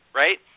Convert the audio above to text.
right